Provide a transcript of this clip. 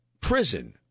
prison